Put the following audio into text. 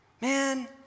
man